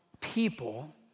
people